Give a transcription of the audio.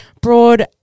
broad